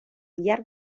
llarg